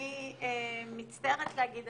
אני מצטערת להגיד,